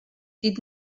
did